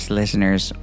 listeners